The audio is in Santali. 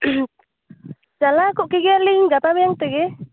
ᱪᱟᱞᱟᱣ ᱠᱚᱜ ᱠᱮᱜᱮᱭᱟᱞᱤᱧ ᱜᱟᱯᱟ ᱢᱮᱭᱟᱝ ᱛᱮᱜᱮ